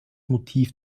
motiv